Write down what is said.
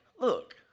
look